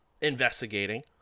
investigating